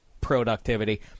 productivity